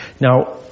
Now